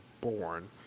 born